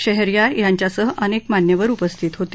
शेहेरयार यांच्या सह अनेक मान्यवर उपस्थित होते